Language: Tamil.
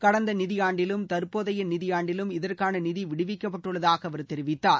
கடந்த நிதியாண்டிலும் தற்போதைய நிதியாண்டிலும் இதற்கான நிதி விடுவிக்கப்பட்டுள்ளதாக அவர் தெரிவித்தார்